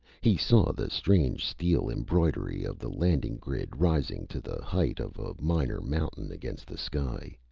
he saw the strange steel embroidery of the landing grid rising to the height of a minor mountain against the sky.